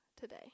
today